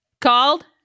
called